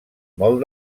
molt